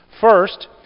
First